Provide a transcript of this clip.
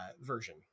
version